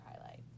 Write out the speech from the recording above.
highlight